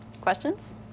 Questions